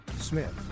Smith